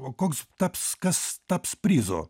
o koks taps kas taps prizu